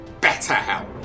BetterHelp